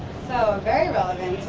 so very relevant